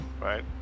right